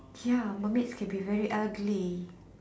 ya mermaids can be very ugly